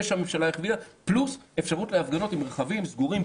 שהממשלה הכווינה וגם במתווה של רכבים פרטיים סגורים,